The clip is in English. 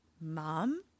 Mom